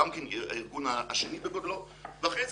הארגון השני בגודלו ואחרי זה,